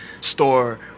store